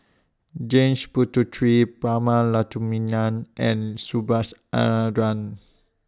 James Puthucheary Prema Letchumanan and Subhas Anandan